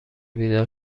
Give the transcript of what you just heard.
بیدار